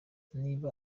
niba